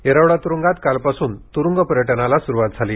येरवडा त्रुंगात कालपासून त्रुंग पर्यटनाला सुरुवात झाली